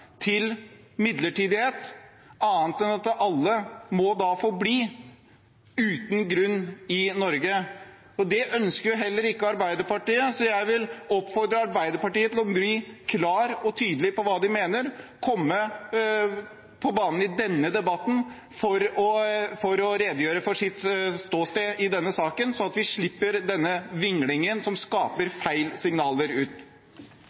til midlertidighet – annet enn at alle må få bli i Norge uten grunn. Det ønsker heller ikke Arbeiderpartiet, så jeg vil oppfordre Arbeiderpartiet til å bli klare og tydelige på hva de mener, komme på banen i denne debatten for å redegjøre for sitt ståsted i denne saken, slik at vi slipper denne vinglingen, som sender feil signaler ut.